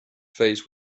face